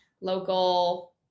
local